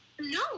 No